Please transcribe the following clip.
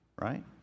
right